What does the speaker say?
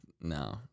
no